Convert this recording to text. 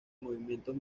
movimientos